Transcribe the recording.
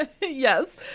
yes